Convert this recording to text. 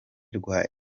rwa